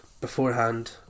beforehand